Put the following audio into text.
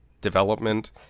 development